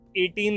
18